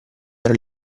tra